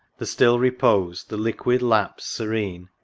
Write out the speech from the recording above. the still repose, the liquid lapse serene,